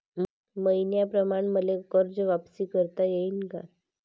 मईन्याप्रमाणं मले कर्ज वापिस करता येईन का?